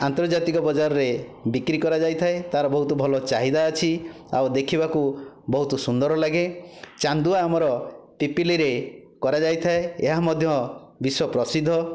ଆନ୍ତର୍ଜାତିକ ବଜାରରେ ବିକ୍ରି କରାଯାଇଥାଏ ତାର ବହୁତ ଭଲ ଚାହିଦା ଅଛି ଆଉ ଦେଖିବାକୁ ବହୁତ ସୁନ୍ଦର ଲାଗେ ଚାନ୍ଦୁଆ ଆମର ପିପିଲିରେ କରାଯାଇଥାଏ ଏହା ମଧ୍ୟ ବିଶ୍ୱ ପ୍ରସିଦ୍ଧ